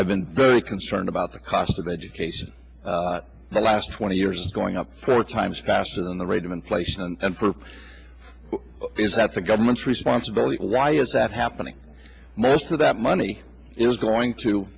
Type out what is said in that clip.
i've been very concerned about the cost of education the last twenty years going up four times faster than the rate of inflation and proof is that's a government's responsibility why is that happening most of that money is going to